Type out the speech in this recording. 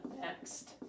next